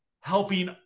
helping